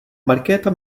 markéta